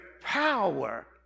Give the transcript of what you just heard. power